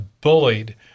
bullied